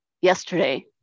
yesterday